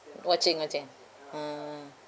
watching watching ah